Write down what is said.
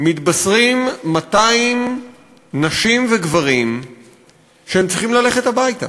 מתבשרים 200 נשים וגברים שהם צריכים ללכת הביתה.